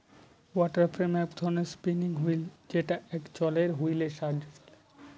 water frame এক ধরনের spinning wheel যেটা একটা জলের হুইলের সাহায্যে চলে